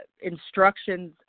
instructions